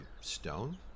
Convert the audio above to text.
stone